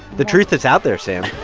the truth is out there, sam